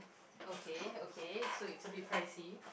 okay okay so it's a bit pricy